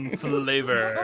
flavor